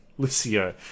Lucio